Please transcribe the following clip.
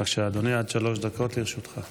בבקשה, אדוני, עד שלוש דקות לרשותך.